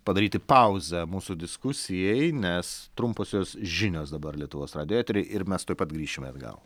padaryti pauzę mūsų diskusijai nes trumposios žinios dabar lietuvos radijo etery ir mes tuoj pat grįšime atgal